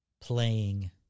playing